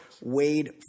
Wade